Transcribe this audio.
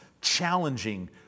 challenging